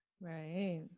Right